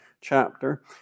chapter